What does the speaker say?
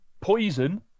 Poison